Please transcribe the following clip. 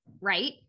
right